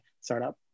startup